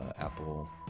apple